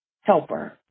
helper